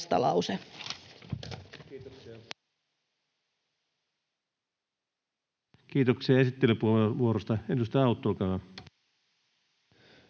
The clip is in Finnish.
Kiitoksia